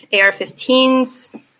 AR-15s